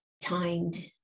timed